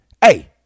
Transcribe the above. hey